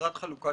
למטרת חלוקת